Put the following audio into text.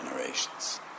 generations